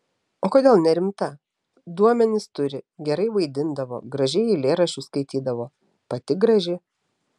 o kodėl nerimta duomenis turi gerai vaidindavo gražiai eilėraščius skaitydavo pati graži